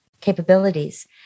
capabilities